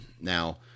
now